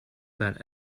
that